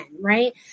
Right